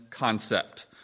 concept